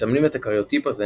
מסמנים את הקריוטיפ הזה